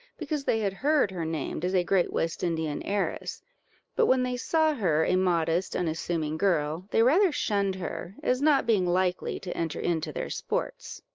because they had heard her named as a great west-indian heiress but when they saw her a modest, unassuming girl, they rather shunned her, as not being likely to enter into their sports.